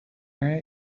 area